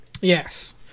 Yes